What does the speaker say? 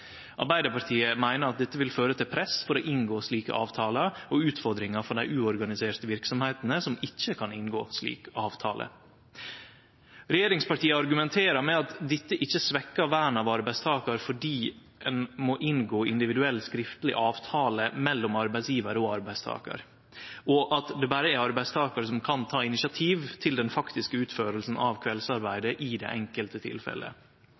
Arbeidarpartiet meiner at dette vil føre til press for å inngå slike avtalar, og bety utfordringar for dei uorganiserte verksemdene, som ikkje kan inngå slik avtale. Regjeringspartia argumenterer med at dette ikkje svekkjer vern av arbeidstakar, fordi ein må inngå individuell, skriftleg avtale mellom arbeidsgjevar og arbeidstakar, og at det berre er arbeidstakar som kan ta initiativ til den faktiske utføringa av kveldsarbeidet i det enkelte tilfellet.